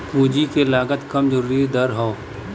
पूंजी क लागत कम जरूरी दर हौ